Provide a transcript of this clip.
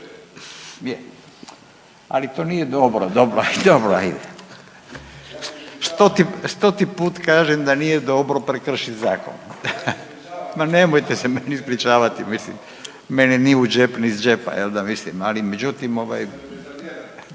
Ali to nije dobro. Dobro, ajde. Stoti put kažem da nije dobro prekršit zakon. .../Upadica se ne čuje./... Ma nemojte se meni ispričavati, mislim. Meni ni u džep ni iz džepa, je l' da, mislim, ali međutim,